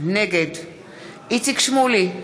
נגד איציק שמולי,